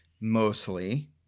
mostly